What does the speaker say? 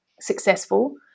successful